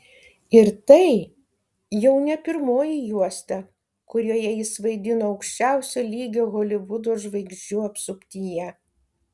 ir tai jau ne pirmoji juosta kurioje jis vaidino aukščiausio lygio holivudo žvaigždžių apsuptyje